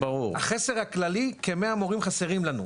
החסר הכללי הוא כ-100 מורים שחסרים לנו.